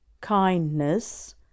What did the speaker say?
kindness